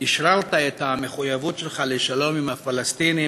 אשררת את המחויבות שלך לשלום עם הפלסטינים